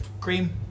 cream